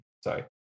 Sorry